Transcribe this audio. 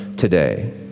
today